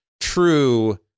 true